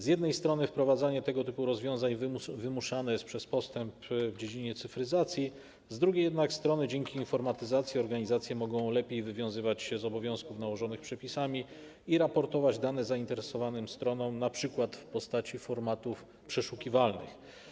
Z jednej strony wprowadzanie tego typu rozwiązań wymuszane jest przez postęp w dziedzinie cyfryzacji, z drugiej jednak strony dzięki informatyzacji organizacje mogą lepiej wywiązywać się z obowiązków nałożonych przepisami i raportować dane zainteresowanym stronom np. w postaci formatów przeszukiwalnych.